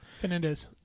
Fernandez